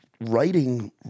writing